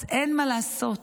אז אין מה לעשות,